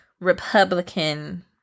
Republican